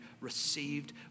received